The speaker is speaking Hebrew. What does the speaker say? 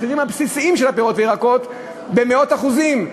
העלו את המחירים הבסיסיים של הפירות והירקות במאות אחוזים,